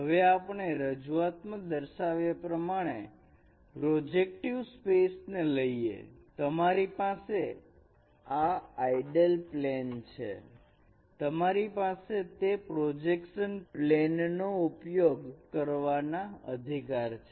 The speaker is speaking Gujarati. હવે આપણે રજૂઆત માં દર્શાવ્યા પ્રમાણે પ્રોજેક્ટિવ સ્પેસ ને લઈએ તમારી પાસે આ આઇડલ પ્લેન છે તમારી પાસે તે પ્રોજેક્શન પ્લેન નો ઉપયોગ કરવાના અધિકાર છે